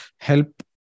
help